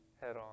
head-on